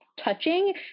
touching